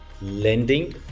lending